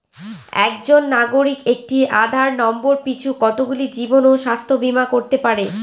একজন নাগরিক একটি আধার নম্বর পিছু কতগুলি জীবন ও স্বাস্থ্য বীমা করতে পারে?